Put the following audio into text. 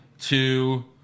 two